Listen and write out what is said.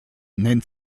nennt